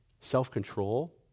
Self-control